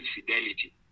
fidelity